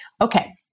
Okay